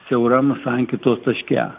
siauram sankirtos taške